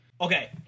okay